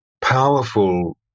powerful